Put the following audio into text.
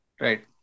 Right